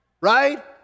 right